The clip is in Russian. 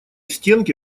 стенки